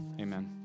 amen